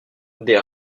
des